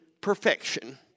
perfection